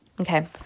Okay